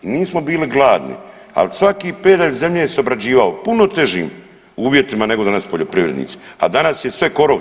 Nismo bili gladni, ali svaki pedalj zemlje se obrađivao u puno težim uvjetima nego danas poljoprivrednici, a danas je sve korov.